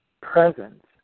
presence